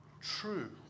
true